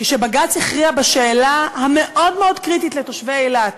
כשבג"ץ הכריע בשאלה המאוד-מאוד קריטית לתושבי אילת